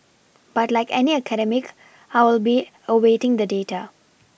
but like any academic I will be awaiting the data